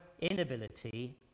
inability